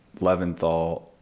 Leventhal